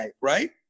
right